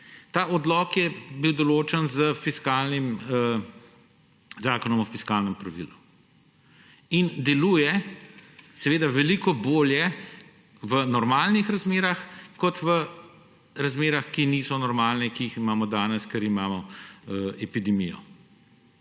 Ta odlok je bil določen z Zakonom o fiskalnem pravilu in deluje veliko bolje v normalnih razmerah kot v razmerah, ki niso normalne, ki jih imamo danes, ker imamo epidemijo.